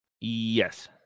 Yes